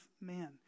man